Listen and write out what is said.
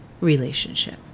relationship